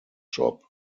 shop